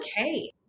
okay